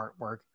artwork